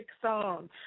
song